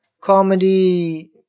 Comedy